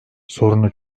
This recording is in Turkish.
sorunu